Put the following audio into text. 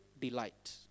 delight